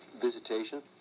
visitation